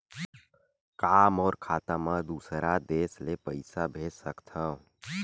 का मोर खाता म दूसरा देश ले पईसा भेज सकथव?